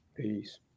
Peace